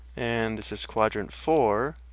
and this is quadrant four